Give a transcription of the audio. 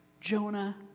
Jonah